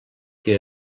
que